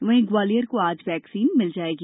वहीं ग्वालियर को आज वैक्सीन मिल जाएगी